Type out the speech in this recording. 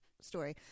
story